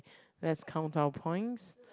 let's count our points